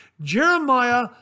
Jeremiah